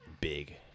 big